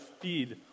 feed